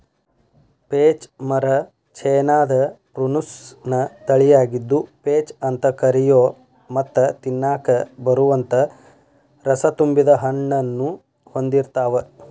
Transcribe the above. peach ಮರ ಚೇನಾದ Prunus ನ ತಳಿಯಾಗಿದ್ದು, ಪೇಚ್ ಅಂತ ಕರಿಯೋ ಮತ್ತ ತಿನ್ನಾಕ ಬರುವಂತ ರಸತುಂಬಿದ ಹಣ್ಣನ್ನು ಹೊಂದಿರ್ತಾವ